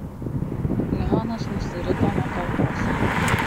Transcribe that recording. leonas nusirito nuo kalvos